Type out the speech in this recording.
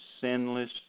sinless